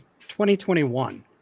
2021